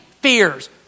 fears